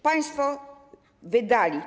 Państwo wydali.